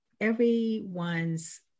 everyone's